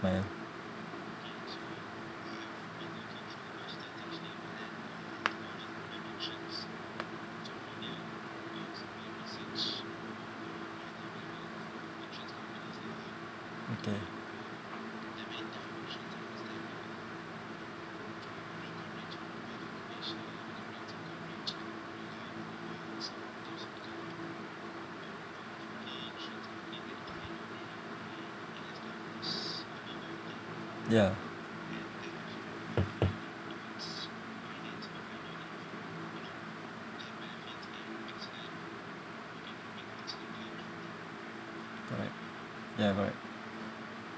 okay ya correct ya correct